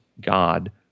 God